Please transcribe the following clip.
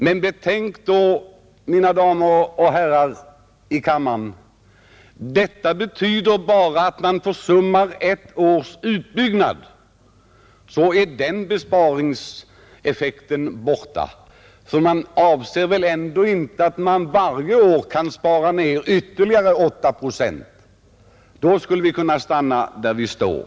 Men betänk då, mina damer och herrar i kammaren, att detta betyder bara att om vi försummar ett års elkraftutbyggnad så är den spareffekten borta. Ty man avser väl inte att varje år spara ytterligare 8 procent? I så fall skulle vi kunnat stanna där vi nu står.